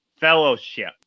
Fellowship